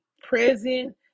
present